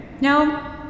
No